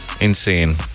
Insane